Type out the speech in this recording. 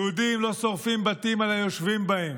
יהודים לא שורפים בתים על היושבים בהם.